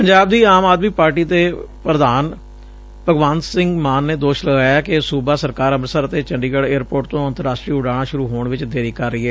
ਪੰਜਾਬ ਦੀ ਆਮ ਆਦਮੀ ਪਾਰਟੀ ਦੇ ਪ੍ਰਧਾਨ ਭਗਵੰਤ ਸਿੰਘ ਮਾਨ ਨੇ ਦੋਸ਼ ਲਗਾਇਆ ਏ ਕਿ ਸੁਬਾ ਸਰਕਾਰ ਅੰਮ੍ਤਿਤਸਰ ਅਤੇ ਚੰਡੀਗੜ ਏਅਰਪੋਰਟ ਤੋਂ ਅੰਤਰਰਾਸ਼ਟਰੀ ਉਡਾਣਾਂ ਸੂਰੁ ਹੋਣ ਵਿੱਚ ਦੇਰੀ ਕਰ ਰਹੀ ਏ